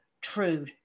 true